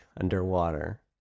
underwater